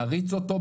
נריץ אותו,